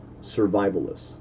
survivalists